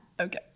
Okay